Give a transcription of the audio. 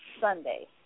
Sunday